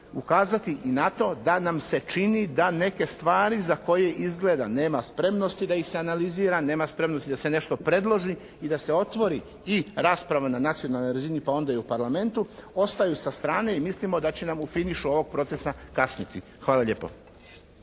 ukazati i na to da nam se čini da neke stvari za koje izgleda nema spremnosti da ih se analizira, nema spremnosti da se nešto predloži i da se otvori i rasprava na nacionalnoj razini pa onda i u Parlamentu, ostaju sa strane i mislimo da će nam u finišu ovog procesa kasniti. Hvala lijepo.